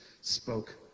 spoke